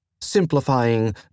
simplifying